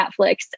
Netflix